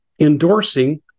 endorsing